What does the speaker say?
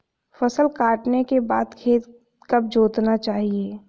फसल काटने के बाद खेत कब जोतना चाहिये?